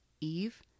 Eve